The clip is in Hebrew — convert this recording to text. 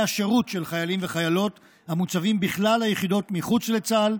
השירות של חיילים וחיילות המוצבים בכלל היחידות מחוץ לצה"ל,